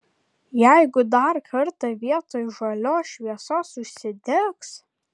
jeigu dar kartą vietoj žalios šviesos užsidegs